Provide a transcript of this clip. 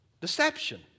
Deception